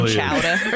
chowder